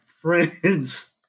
friends